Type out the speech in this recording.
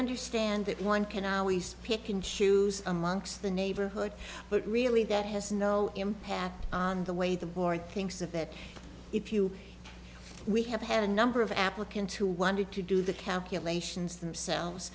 understand that one can always pick and choose amongst the neighborhood but really that has no impact on the way the board thinks of it if you we have had a number of applicants who wanted to do the calculations themselves